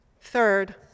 Third